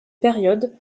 période